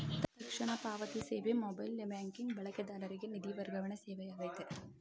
ತಕ್ಷಣ ಪಾವತಿ ಸೇವೆ ಮೊಬೈಲ್ ಬ್ಯಾಂಕಿಂಗ್ ಬಳಕೆದಾರರಿಗೆ ನಿಧಿ ವರ್ಗಾವಣೆ ಸೇವೆಯಾಗೈತೆ